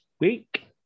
week